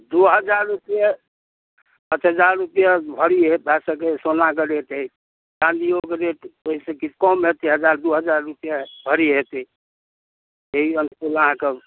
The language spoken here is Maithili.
दू हजार रुपैए पाँच हजार रुपैए भरी भए सकैए सोनाके रेट अछि चाँदिओके रेट ओइसँ किछु कम हेतै हजार दू हजार रुपैए भरी हेतै एहि अनुकूल अहाँकेँ